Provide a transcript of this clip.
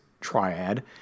triad